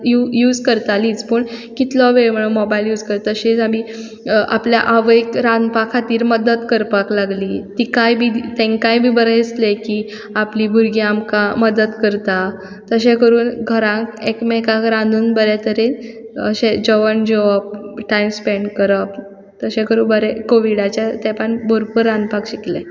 you use करतालींच पूण कितलो वेळ म्हुणून मोबायल यूज करतलीं तशेंच आमी आपल्या आवयक रांदपा खातीर मदत करपाक लागलीं तिकाय बी तेंकांय बी बरें दिसलें की आपली भुरगीं आमकां मदत करता तशें करून घरांत एकमेकाक रांदून बरे तरेन अशें जेवण जेवप टायम स्पेन्ड करप तशें करून बरें कोविडाच्या तेंपान भरपूर रांदपाक शिकलें